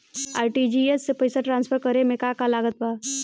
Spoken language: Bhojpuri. आर.टी.जी.एस से पईसा तराँसफर करे मे का का लागत बा?